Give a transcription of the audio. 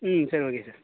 ம் சரி okay sir